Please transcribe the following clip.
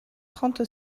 trente